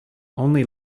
only